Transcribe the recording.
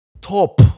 Top